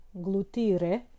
glutire